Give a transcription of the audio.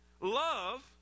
Love